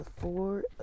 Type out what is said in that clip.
four